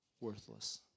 worthless